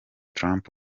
trump